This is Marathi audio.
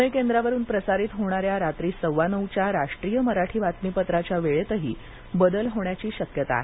पुणे केंद्रावरून प्रसारित होणाऱ्या रात्री सव्वा नऊच्या राष्ट्रीय मराठी बातमीपत्राच्या वेळेतही बदल होण्याची शक्यता आहे